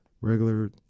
regular